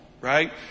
right